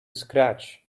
scratch